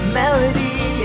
melody